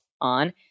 on